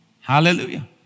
Hallelujah